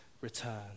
return